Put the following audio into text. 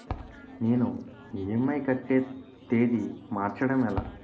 నేను ఇ.ఎం.ఐ కట్టే తేదీ మార్చడం ఎలా?